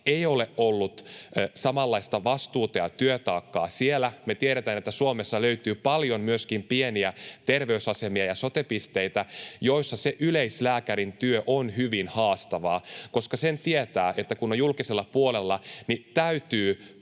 ei ole ollut samanlaista vastuuta ja työtaakkaa siellä. Me tiedetään, että Suomesta löytyy paljon myöskin pieniä terveysasemia ja sote-pisteitä, joissa yleislääkärin työ on hyvin haastavaa, koska sen tietää, että kun on julkisella puolella, niin täytyy